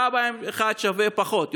אלא הוא ראה בהם אחד שווה פחות,